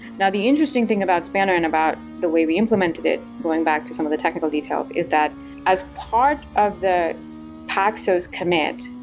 now the interesting thing about spanner and about the way we implemented it going back to some of the technical details is that as part of the paxos commit,